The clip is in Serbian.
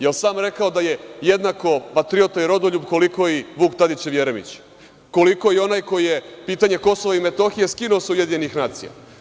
Da li je sam rekao da je jednako patriota i rodoljub koliko i Vuk Tadićev Jeremić, koliko i onaj koji je pitanje Kosova i Metohije skinuo sa UN.